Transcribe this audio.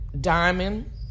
Diamond